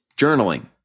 journaling